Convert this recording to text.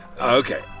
Okay